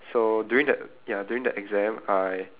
so during the ya during the exam I